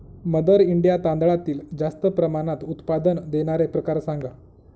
mother India तांदळातील जास्त प्रमाणात उत्पादन देणारे प्रकार सांगा